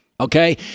Okay